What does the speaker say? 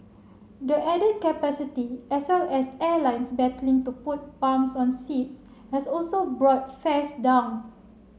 the added capacity as well as airlines battling to put bums on seats has also brought fares down